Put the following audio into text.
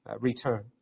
return